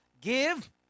give